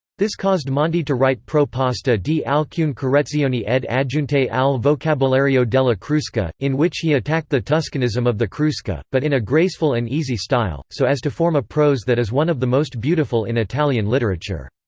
this caused monti to write pro pasta di alcune correzioni ed aggiunte al vocabolario della crusca, in which he attacked the tuscanism of the crusca, but in a graceful and easy style, so as to form a prose that is one of the most beautiful in italian literature.